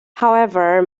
however